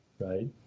right